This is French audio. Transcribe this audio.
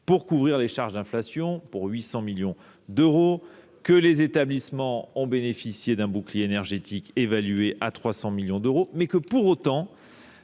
pour couvrir les charges d’inflation, à hauteur de 800 millions d’euros. Les établissements ont bénéficié d’un bouclier énergétique évalué à 300 millions d’euros. Pour autant,